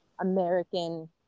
American